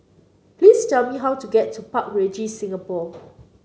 please tell me how to get to Park Regis Singapore